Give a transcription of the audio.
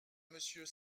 monsieur